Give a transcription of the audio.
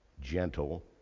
gentle